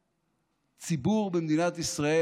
לציבור במדינת ישראל,